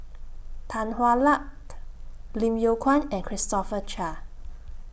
Tan Hwa Luck Lim Yew Kuan and Christopher Chia